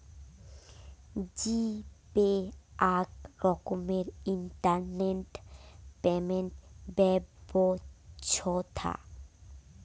জি pay আক রকমের internet payment ব্যবছ্থা